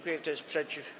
Kto jest przeciw?